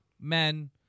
men